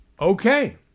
Okay